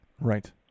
Right